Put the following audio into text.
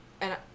And-